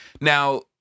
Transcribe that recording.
Now